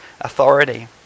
authority